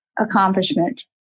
accomplishment